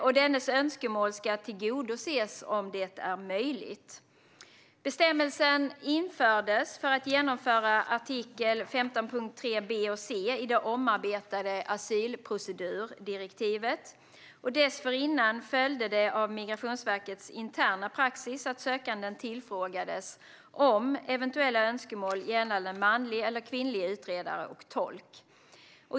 Utlänningens önskemål ska tillgodoses om det är möjligt." Bestämmelsen infördes för att genomföra artikel 15.3 b och c i det omarbetade asylprocedurdirektivet. Dessförinnan följde det av Migrationsverkets interna praxis att sökanden tillfrågades om eventuella önskemål gällande manlig eller kvinnlig utredare och tolk.